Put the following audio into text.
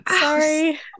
sorry